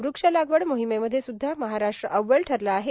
व्रक्षलागवड मोहीमेमध्ये स्रध्दा महाराष्ट्र अव्वल ठरला आहे